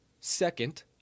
second